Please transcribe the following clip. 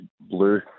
blue